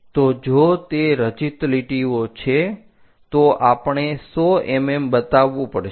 તો જો તે રચિત લીટીઓ છે તો આપણે 100 mm બતાવવું પડશે